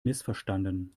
missverstanden